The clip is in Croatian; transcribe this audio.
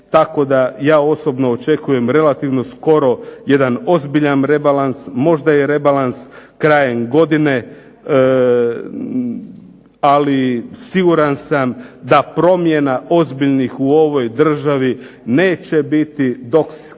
tako da ja osobno očekujem relativno skoro jedan ozbiljan rebalans. Možda i rebalans krajem godine, ali siguran sam da promjena ozbiljnih u ovoj državi neće biti dok